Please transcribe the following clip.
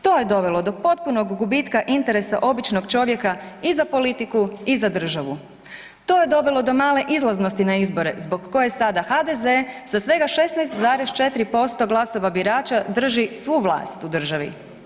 To je dovelo do potpunog gubitka interesa običnog čovjeka i za politiku i za državu, to je dovelo do male izlaznosti na izbore zbog kojeg sada HDZ sa svega 16,4% glasova birača drži svu vlast u državi.